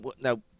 Now